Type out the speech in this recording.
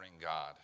God